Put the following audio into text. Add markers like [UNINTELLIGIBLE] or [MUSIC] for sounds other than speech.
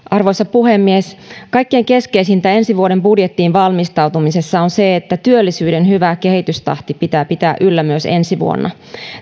[UNINTELLIGIBLE] arvoisa puhemies kaikkein keskeisintä ensi vuoden budjettiin valmistautumisessa on se että työllisyyden hyvä kehitystahti pitää pitää yllä myös ensi vuonna